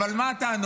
אבל מה הטענות?